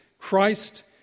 Christ